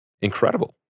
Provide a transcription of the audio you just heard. incredible